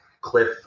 cliff